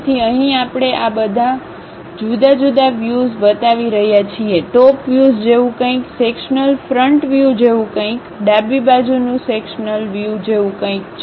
તેથી અહીં આપણે આ બધા જુદા જુદા વ્યુઝ બતાવી રહ્યા છીએ ટોપવ્યુઝ જેવું કંઈક સેક્શન્લ ફ્રન્ટ વ્યૂ જેવું કંઈક ડાબી બાજુનું સેક્શન્લ વ્યૂ જેવું કંઈક છે